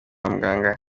muganga